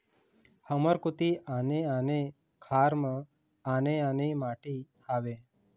हमर कोती आने आने खार म आने आने माटी हावे?